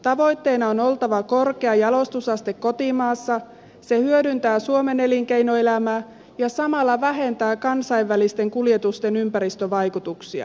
tavoitteena on oltava korkea jalostusaste kotimaassa se hyödyntää suomen elinkeinoelämää ja samalla vähentää kansainvälisten kuljetusten ympäristövaikutuksia